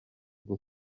bwo